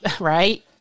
right